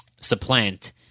supplant